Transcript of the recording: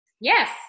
Yes